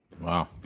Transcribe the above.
Wow